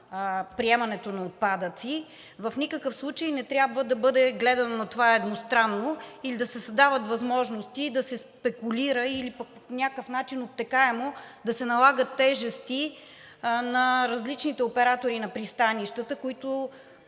приемането на отпадъци, в никакъв случай не трябва да бъде гледано на това едностранно или да се създават възможности да се спекулира или по някакъв начин обтекаемо да се налагат тежести на различните оператори на пристанищата,